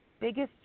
biggest